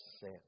sin